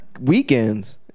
Weekends